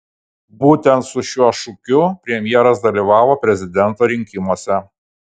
būtent su šiuo šūkiu premjeras dalyvavo prezidento rinkimuose